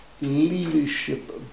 leadership